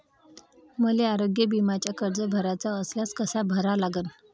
मले आरोग्य बिम्याचा अर्ज भराचा असल्यास कसा भरा लागन?